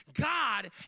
God